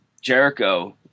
Jericho